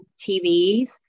TVs